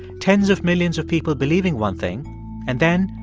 tens of millions of people believing one thing and then,